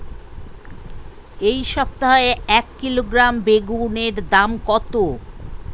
এই সপ্তাহে এক কিলোগ্রাম বেগুন এর দাম কত?